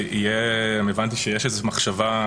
הבנתי שיש איזה מחשבה,